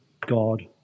God